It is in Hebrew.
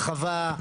הרחבה,